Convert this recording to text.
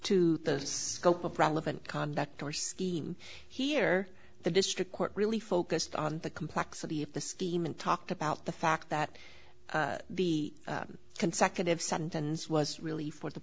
to the scope of relevant conduct or hear the district court really focused on the complexity of the scheme and talked about the fact that the consecutive sentence was really for the